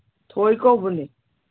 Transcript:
ꯊꯣꯏ ꯀꯧꯕꯅꯦ